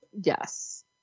Yes